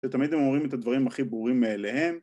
‫שתמיד הם אומרים את הדברים ‫הכי ברורים מאליהם.